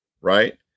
right